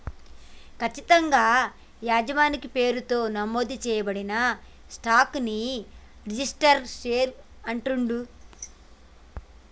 ఖచ్చితంగా యజమాని పేరుతో నమోదు చేయబడిన స్టాక్ ని రిజిస్టర్డ్ షేర్ అంటుండ్రు